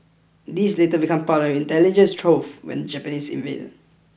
these later become part of an intelligence trove when the Japanese invaded